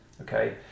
okay